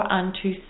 unto